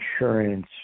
insurance